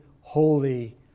holy